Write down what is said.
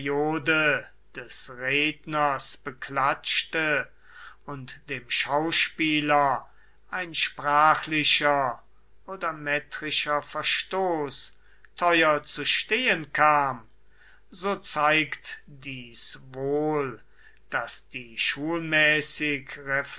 des redners beklatschte und dem schauspieler ein sprachlicher oder metrischer verstoß teuer zu stehen kam so zeigt dies wohl daß die schulmäßig